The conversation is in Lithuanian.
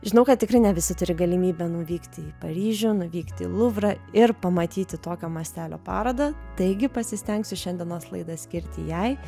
žinau kad tikrai ne visi turi galimybę nuvykti į paryžių nuvykti į luvrą ir pamatyti tokio mastelio parodą taigi pasistengsiu šiandienos laidą skirti jai